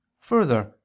Further